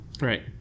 Right